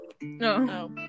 No